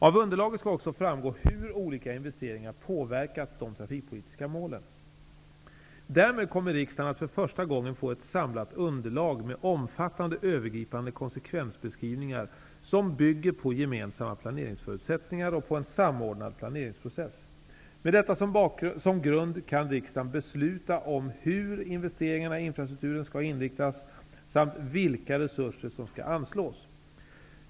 Av underlaget skall också framgå hur olika investeringar påverkat de trafikpolitiska målen. Därmed kommer riksdagen att för första gången få ett samlat underlag med omfattande övergripande konsekvensbeskrivningar som bygger på gemensamma planeringsförutsättningar och en samordnad planeringsprocess. Med detta som grund kan riksdagen besluta om hur investeringarna i infrastrukturen skall inriktas samt vilka resurser som skall anslås.